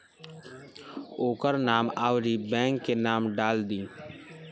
ओकर नाम अउरी बैंक के नाम डाल दीं